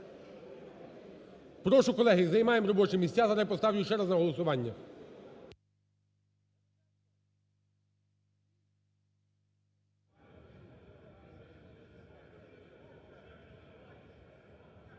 Прошу, колеги, займаємо робочі місця, зараз я поставлю ще раз на голосування.